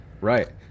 Right